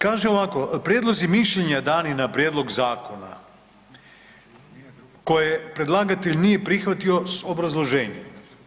Kaže ovako, prijedlozi i mišljenja dani na prijedlog zakona, koje predlagatelj nije prihvatio s obrazloženjem.